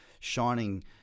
shining